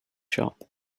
shop